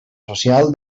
social